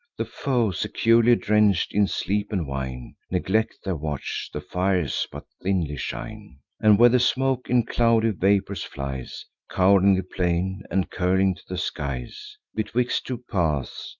the foe, securely drench'd in sleep and wine, neglect their watch the fires but thinly shine and where the smoke in cloudy vapors flies, cov'ring the plain, and curling to the skies, betwixt two paths,